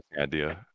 idea